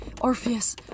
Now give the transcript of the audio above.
Orpheus